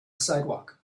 sidewalk